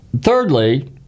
thirdly